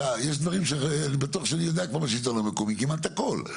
יש דברים שאני בטוח שאני יודע כבר בשלטון המקומי כמעט הכל,